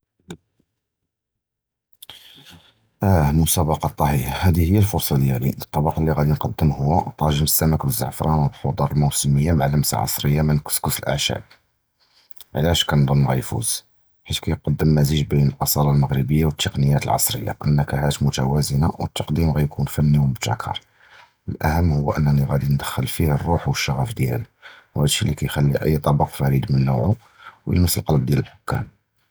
אִיה, מֻסַאבַּקַאת אִל-טְבִּיחּ, הַדִּי הִי אִל-פְרְסָה דִיַּלִי, אִל-טַבַּק לִי גַאנְקַדַּם הוּוּא אִל-טַאג'ין בִּל-סַמָּק וְאִל-זַעְפְרָאן וְאִל-חֻ'דַּר אִל-מוּסִימִיָּה מַע לִמְסַה עֻסְרִיָּה מִן כִּסְכּוּסִי אִל-עֻשְבּ, עֲלַאש קִנְזוּן גַאנְפּוּז, חִית קִיְקַדַּם מִזְ'יג בֵּין אִל-אָסָאלָה אִל-מַרְרַכִיָּה וְאִל-תִּקְנִיקַּאת אִל-עֻסְרִיָּה, אִל-נַּקְּהַאת מֻתוַאזֵנָה וְאִל-תַּקְדִים גַאנְקוּן פְנִי וְמוּבְתַכַּר, אִל-אוּחַּם הִי אִנִּי גַאנְדְכַּל פִיהָא אִל-רוּח וְאִל-שַגַ'ף דִיַּלִי, וְהַדִּי שִי לִי קִיְחַלִּי אִי-טַבַּק פְרִיד מִן נוּעְהוּ וְיְלַמִּס אִל-לְבּ אִל-דִיַּל אִל-חֻקָּּאם.